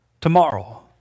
tomorrow